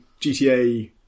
GTA